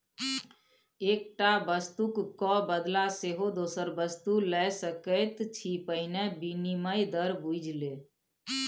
एकटा वस्तुक क बदला सेहो दोसर वस्तु लए सकैत छी पहिने विनिमय दर बुझि ले